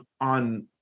on